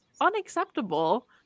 unacceptable